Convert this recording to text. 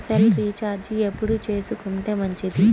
Cell recharge ఎప్పుడు చేసుకొంటే మంచిది?